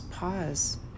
Pause